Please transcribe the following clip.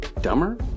dumber